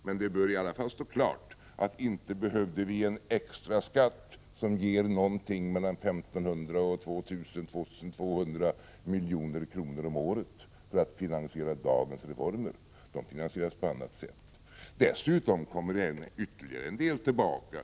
Men det bör i alla fall stå klart, att vi inte behövde en extra skatt som ger någonting på mellan 1 500 och 2 200 milj.kr. om året för att finansiera dagens reformer! De finansieras på annat sätt. Dessutom kommer ytterligare en del tillbaka.